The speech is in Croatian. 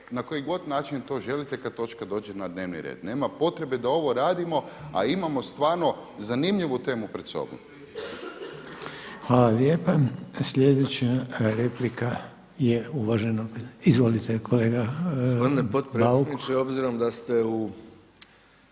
na koji god način to želite kad točka dođe na dnevni red. Nema potrebe da ovo radimo, a imamo stvarno zanimljivu temu pred sobom. **Reiner, Željko (HDZ)** Hvala lijepa. Sljedeća replika je uvaženog, izvolite kolega Bauk. **Bauk, Arsen (SDP)** Gospodine predsjedniče, obzirom da ste u